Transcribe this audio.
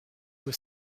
were